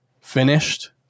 finished